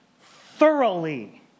thoroughly